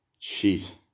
Jeez